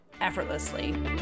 effortlessly